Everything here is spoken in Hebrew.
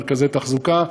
מרכזי שיקום ואחזקה,